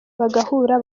bagahura